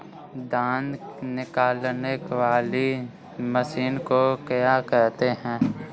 धान निकालने वाली मशीन को क्या कहते हैं?